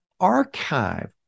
archive